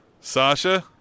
Sasha